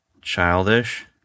childish